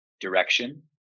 Direction